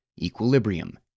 equilibrium